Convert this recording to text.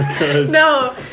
No